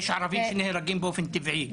יש ערבים שנהרגים באופן טבעי.